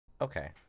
Okay